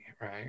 right